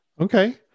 Okay